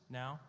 now